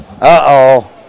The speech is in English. Uh-oh